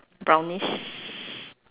brownish